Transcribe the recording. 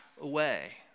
away